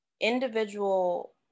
individual